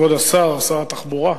כבוד שר התחבורה,